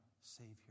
Savior